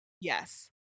Yes